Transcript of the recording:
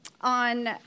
on